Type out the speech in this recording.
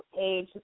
age